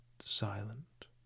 silent